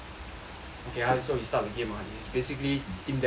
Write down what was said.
okay ah so we start the game ah is basically team death match orh